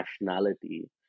nationality